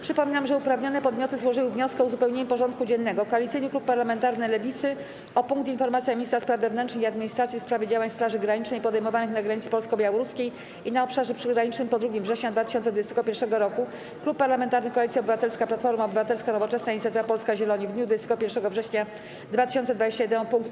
Przypominam, że uprawnione podmioty złożyły wnioski o uzupełnienie porządku dziennego: - Koalicyjny Klub Parlamentarny Lewicy (Nowa Lewica, PPS, Razem) o punkt: Informacja Ministra Spraw Wewnętrznych i Administracji w sprawie działań Straży Granicznej podejmowanych na granicy polsko-białoruskiej i na obszarze przygranicznym po 2 września 2021 r., - Klub Parlamentarny Koalicja Obywatelska - Platforma Obywatelska, Nowoczesna, Inicjatywa Polska, Zieloni w dniu 21 września 2021 r. o punkt: